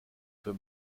für